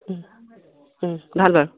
ভাল বাৰু